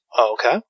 Okay